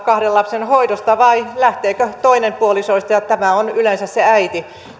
kahden lapsen hoidosta vai jääkö toinen puoliso ja tämä on yleensä se äiti